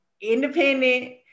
independent